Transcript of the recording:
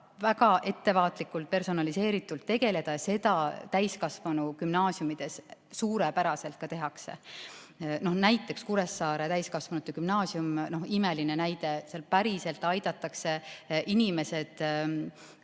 väga ettevaatlikult ja personaliseeritult tegeleda. Seda täiskasvanute gümnaasiumides suurepäraselt ka tehakse. Näiteks, Kuressaare Täiskasvanute Gümnaasium, imeline näide, seal päriselt aidatakse inimesed